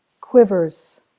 quivers